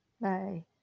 bye